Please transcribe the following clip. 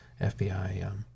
FBI